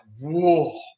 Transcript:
whoa